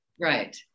Right